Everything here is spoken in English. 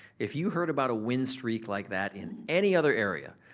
if you heard about a win streak like that in any other area,